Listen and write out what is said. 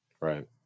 Right